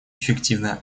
эффективное